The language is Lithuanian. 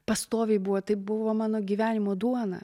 pastoviai buvo tai buvo mano gyvenimo duona